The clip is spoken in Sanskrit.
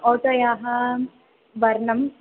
औतयाः वर्णः